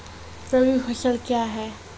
रबी फसल क्या हैं?